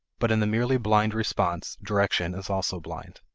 but in the merely blind response, direction is also blind.